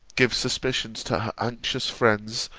give suspicions to her anxious friends,